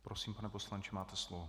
Prosím, pane poslanče, máte slovo.